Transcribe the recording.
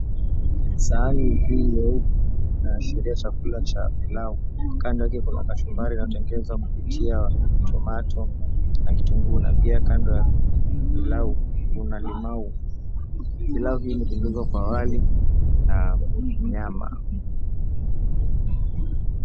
Sahani nyeupe inaashiria chakula cha pilau kando yake kuna kachumbari inayotengenezwa kupitia tomato na kitunguu na pia kando ya pilau kuna limau. Pilau pia imetengenezwa kwa wali na nyama.